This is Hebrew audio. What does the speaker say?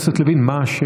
חבר הכנסת לוין, מה השאלה?